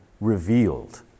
revealed